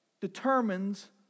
determines